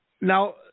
Now